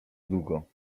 długo